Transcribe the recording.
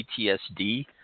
PTSD